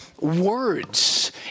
words